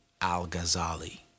Al-Ghazali